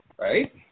right